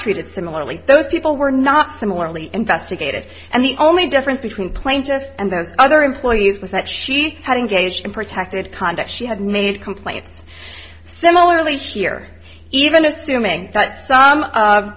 treated similarly those people were not similarly investigated and the only difference between plaintiff and those other employees was that she had engaged in protected conduct she had made complaints similarly here even assuming that some of